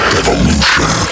evolution